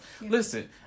Listen